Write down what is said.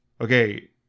okay